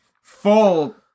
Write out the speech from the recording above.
full